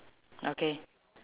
okay